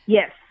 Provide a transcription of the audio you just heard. Yes